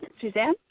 Suzanne